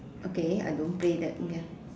okay I don't play that ya